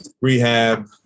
rehab